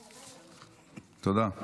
תודה.